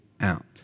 out